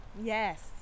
Yes